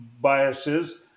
biases